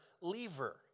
lever